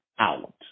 out